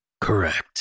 Correct